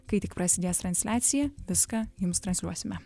kai tik prasidės transliacija viską jums transliuosime